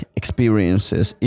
experiences